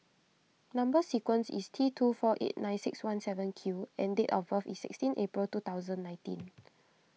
Number Sequence is T two four eight nine six one seven Q and date of birth is sixteen April two thousand nineteen